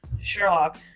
Sherlock